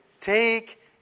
Take